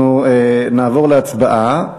אנחנו נעבור להצבעה.